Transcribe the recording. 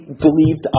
believed